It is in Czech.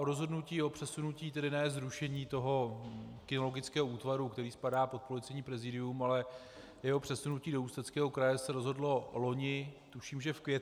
Rozhodnutí o přesunutí, tedy ne zrušení toho kynologického útvaru, který spadá pod Policejní prezidium, ale jeho přesunutí do Ústeckého kraje se rozhodlo loni, tuším, že v květnu.